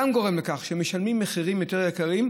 גם זה גורם לכך שמשלמים מחירים יותר יקרים,